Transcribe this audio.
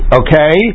okay